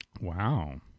Wow